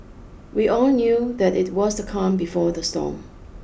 we all knew that it was the calm before the storm